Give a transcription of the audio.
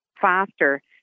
faster